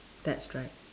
that's right